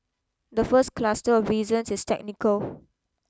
the first cluster of reasons is technical